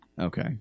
Okay